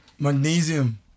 Magnesium